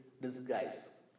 disguise